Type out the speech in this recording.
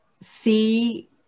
see